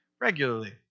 regularly